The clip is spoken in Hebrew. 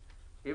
בזום,